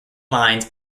lines